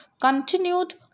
continued